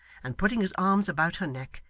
and putting his arms about her neck,